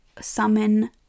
summon